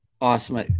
awesome